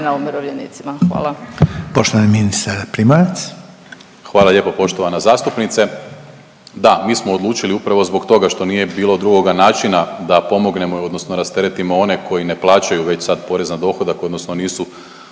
Poštovani ministar Primorac. **Primorac, Marko** Hvala lijepo poštovana zastupnice. Da, mi smo odlučili upravo zbog toga što nije bilo drugoga načina da pomognemo odnosno rasteretimo one koji ne plaćaju već sad porez na dohodak odnosno nisu